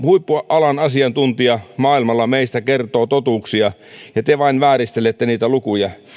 huippuasiantuntija maailmalla kertoo meistä totuuksia ja te vain vääristelette niitä lukuja